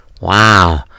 Wow